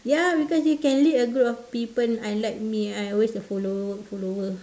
ya because you can lead a group of people unlike me I am always a follower follower